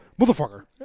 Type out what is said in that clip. Motherfucker